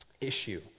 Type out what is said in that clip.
issue